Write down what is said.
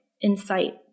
insight